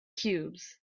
cubes